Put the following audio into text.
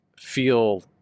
feel